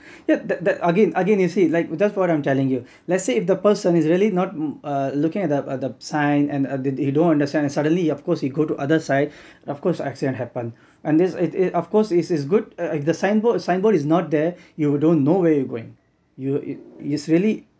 yeah that that again again you see like just what I'm telling you let's say if the person is really not looking at the at the sign and you don't understand and suddenly if you go to other side of course accident happen and this of course its is good the signboard signboard is not there you don't know where you're going you it is really